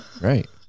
Right